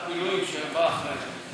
הם מימשו את הזכות, מערך המילואים שבא אחרי זה.